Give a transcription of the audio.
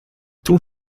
toen